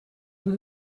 are